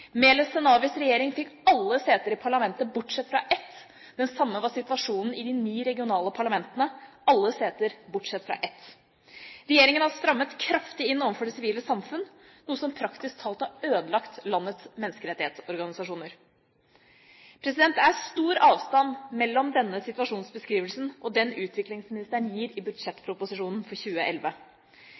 Zenawis regjering fikk alle seter i parlamentet bortsett fra ett. Det samme var situasjonen i de ni regionale parlamentene – alle seter bortsett fra ett. Regjeringen har strammet kraftig inn overfor det sivile samfunn, noe som praktisk talt har ødelagt landets menneskerettighetsorganisasjoner. Det er stor avstand mellom denne situasjonsbeskrivelsen og den utviklingsministeren gir i budsjettproposisjonen for 2011.